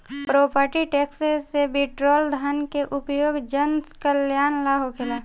property tax से बिटोरल धन के उपयोग जनकल्यान ला होखेला